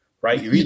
right